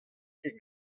ket